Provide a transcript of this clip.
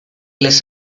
les